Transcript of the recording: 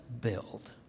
build